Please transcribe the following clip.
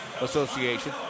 Association